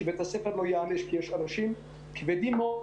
שבית הספר לא ייענש ויש עונשים כבדים מאוד,